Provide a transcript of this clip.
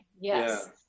Yes